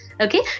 Okay